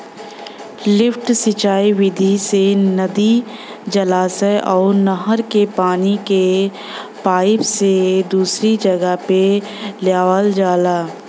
lift सिंचाई विधि से नदी, जलाशय अउर नहर के पानी के पाईप से दूसरी जगह पे लियावल जाला